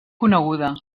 coneguda